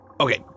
Okay